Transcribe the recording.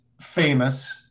famous